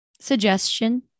suggestion